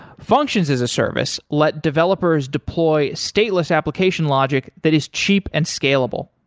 functions as a service let developers deploy stateless application logic that is cheap and scalable.